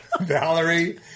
Valerie